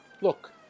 Look